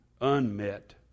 unmet